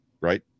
right